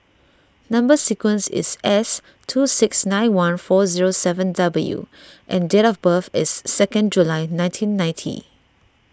Number Sequence is S two six nine one four zero seven W and date of birth is second July nineteen ninety